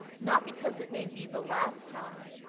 not because it may be the last time,